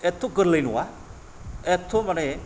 एथ' गोरलै नङा एथ' माने